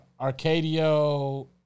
Arcadio